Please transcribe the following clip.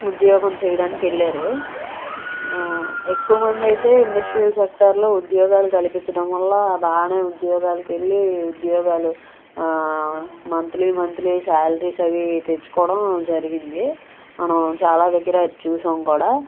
ఉద్యోగం చేయడానికి వెళ్ళారు ఎక్కువ మంది అయితే ఇండస్ట్రియల్ సెక్టార్లో ఉద్యోగాలు కల్పించడం వల్ల బాగానే ఉద్యోగాలకి వెళ్ళి ఉద్యోగాలు మంత్లీ మంత్లీ శాలరీస్ అవీ తెచ్చుకోవడం జరిగింది మనం చాలా దగ్గర అది చూసాము కూడా